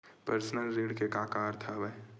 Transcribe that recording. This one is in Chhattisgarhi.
पर्सनल ऋण के का अर्थ हवय?